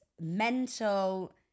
mental